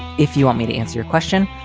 if you want me to answer your question,